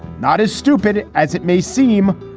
not as stupid as it may seem.